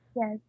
Yes